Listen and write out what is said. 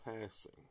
passing